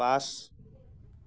পাঁচ